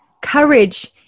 Courage